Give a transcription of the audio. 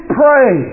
pray